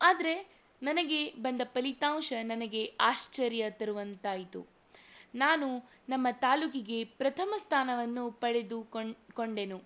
ಆದರೆ ನನಗೆ ಬಂದ ಫಲಿತಾಂಶ ನನಗೆ ಆಶ್ಚರ್ಯ ತರುವಂತಾಯಿತು ನಾನು ನಮ್ಮ ತಾಲ್ಲೂಕಿಗೆ ಪ್ರಥಮ ಸ್ಥಾನವನ್ನು ಪಡೆದುಕೊಂಡು ಕೊಂಡೆನು